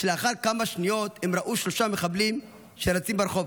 ולאחר כמה שניות הם ראו שלושה מחבלים רצים ברחוב.